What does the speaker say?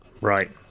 Right